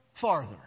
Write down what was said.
farther